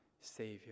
savior